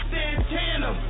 Santana